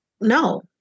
No